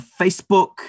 Facebook